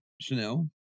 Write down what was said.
Chanel